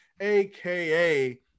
aka